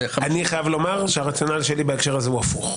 זה 50%. אני חייב לומר שהרציונל שלי בהקשר הזה הוא הפוך.